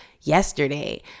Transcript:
yesterday